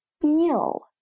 feel